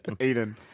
Eden